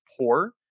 poor